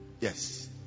Yes